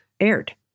aired